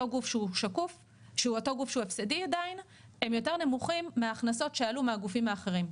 גוף שהוא הפסדי עדיין הם יותר נמוכים מההכנסות שעלו מהגופים האחרים.